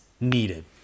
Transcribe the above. needed